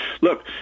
Look